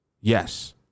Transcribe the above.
Yes